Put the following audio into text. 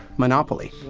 monopoly